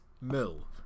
Mill